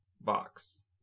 box